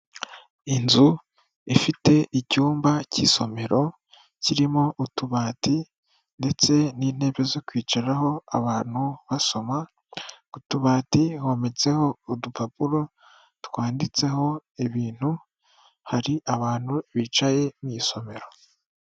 Inzu ifite icyumba cy'isomero kirimo utubati ndetse n'intebe zo kwicaraho abantu basoma. Ku tubati hometseho udupapuro twanditseho ibintu, hari abantu bicaye mu isomero.